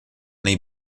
nei